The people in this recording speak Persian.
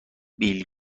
بیل